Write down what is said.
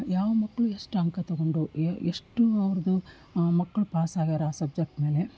ಯಾವ ಮಕ್ಕಳು ಎಷ್ಟು ಅಂಕ ತೊಗೊಂಡವು ಎಷ್ಟು ಅವ್ರದ್ದು ಮಕ್ಕಳು ಪಾಸ್ ಆಗ್ಯಾರ ಆ ಸಬ್ಜೆಕ್ಟ್ ಮೇಲೆ